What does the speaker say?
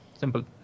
Simple